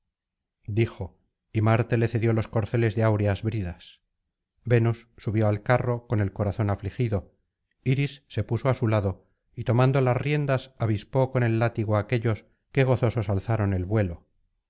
dijo y marte le cedió los corceles de áureas bridas venus subió al carro con el corazón afligido iris se puso á su lado y tomando las riendas avispó con el látigo á aquéllos que gozosos alzaron el vuelo